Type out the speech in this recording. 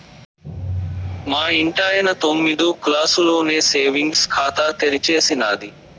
మా ఇంటాయన తొమ్మిదో క్లాసులోనే సేవింగ్స్ ఖాతా తెరిచేసినాది